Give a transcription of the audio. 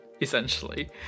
essentially